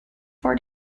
for